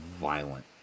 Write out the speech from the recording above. violent